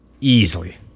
easily